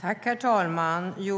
Herr talman! Phia